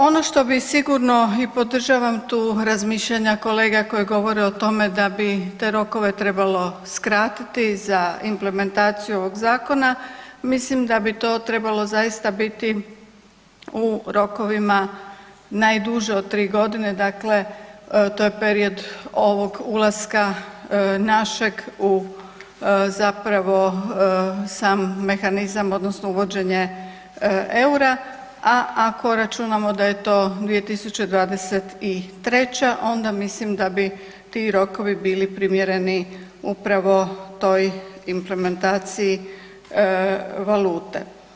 Ono što bi sigurno i podržavam tu razmišljanja kolega koji govore o tome da bi te rokove trebalo skratiti za implementaciju ovog zakona, mislim da bi to trebalo zaista biti u rokovima najduže od 3.g., dakle to je period ovog ulaska našeg u zapravo sam mehanizam odnosno uvođenje EUR-a, a ako računamo da je to 2023. onda mislim da bi ti rokovi bili primjereni upravo toj implementaciji valute.